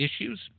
issues